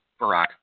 Barack